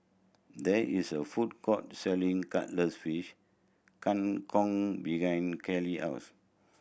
there is a food court selling Cuttlefish Kang Kong behind Karel house